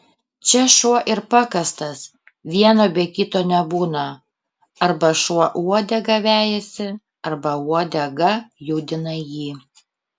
čia šuo ir pakastas vieno be kito nebūna arba šuo uodegą vejasi arba uodega judina jį